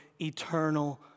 eternal